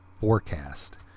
Forecast